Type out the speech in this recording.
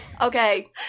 Okay